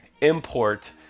import